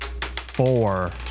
Four